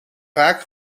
vaak